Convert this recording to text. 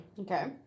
okay